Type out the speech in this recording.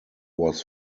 was